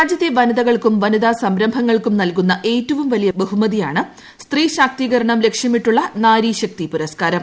രാജ്യത്ത് വനിതകൾക്കും വനിതാ സംരംഭങ്ങൾക്കും നൽകുന്ന ഏറ്റവും വലിയ ബഹുമതിയാണ് സ്ത്രീ ശാക്തീകരണം ലക്ഷ്യമിട്ടുള്ള നാരീ ശക്തി പുരസ്കാരം